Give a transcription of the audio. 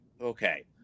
okay